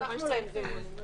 גם אם תהיה סנגורם של ישראל,